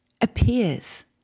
appears